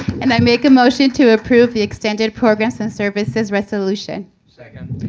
and i make a motion to approve the extended programs and services resolution. second.